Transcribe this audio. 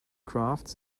crafts